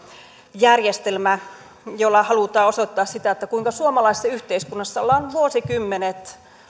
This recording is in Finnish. järjestelmä jolla halutaan osoittaa sitä kuinka suomalaisessa yhteiskunnassa ollaan vuosikymmenet